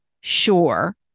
sure